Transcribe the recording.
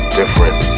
different